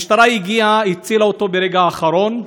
המשטרה הגיעה, הצילה אותו ברגע האחרון,